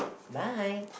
bye